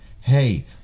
Hey